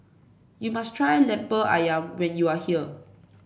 you must try lemper ayam when you are here